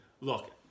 look